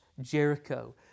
Jericho